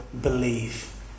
believe